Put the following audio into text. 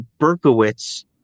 Berkowitz